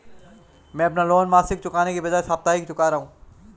मैं अपना लोन मासिक चुकाने के बजाए साप्ताहिक चुका रहा हूँ